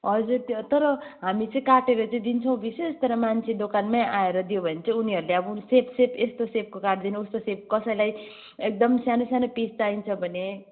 हजुर त्यो तर हामी चाहिँ काटेर चाहिँ दिन्छु विशेष तर मान्छे दोकानमै आएर दियो भने चाहिँ उनीहरूले चाहिँ सेप सेप यस्तो सेपको काटिदिनु उस्तो सेपको काटिदिनु कसैलाई एकदम सानो सानो पिस चाहिन्छ भने